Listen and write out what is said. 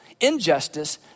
injustice